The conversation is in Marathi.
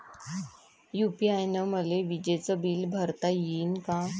यू.पी.आय न मले विजेचं बिल भरता यीन का?